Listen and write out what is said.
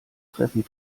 treffen